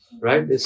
right